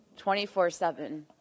24-7